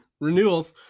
Renewals